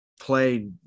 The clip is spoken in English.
play